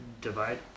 Divide